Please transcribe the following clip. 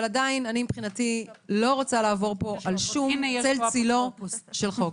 אבל מבחינתי אני לא רוצה לעבור פה על צל צלו של חוק.